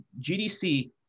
GDC